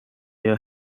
your